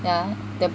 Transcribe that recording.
yeah